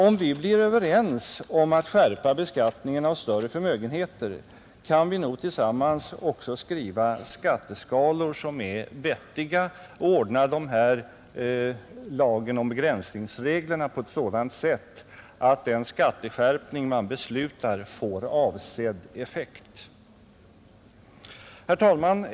Om vi blir överens om att skärpa beskattningen på större förmögenheter, så kan vi nog tillsammans också skriva skatteskalor som är vettiga och ordna lagen om begränsningsreglerna på sådant sätt att den skatteskärpning vi beslutar om får avsedd effekt. Herr talman!